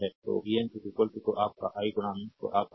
तो vn तो आप का i तो आप का Rn